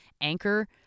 anchor